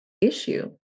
issue